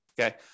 Okay